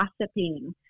gossiping